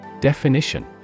Definition